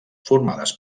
formades